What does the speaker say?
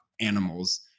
animals